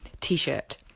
T-shirt